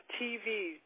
TV